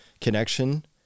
connection